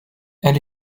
elle